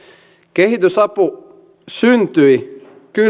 kehitysapu syntyi